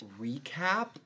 recap